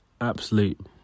absolute